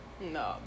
No